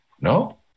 No